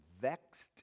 vexed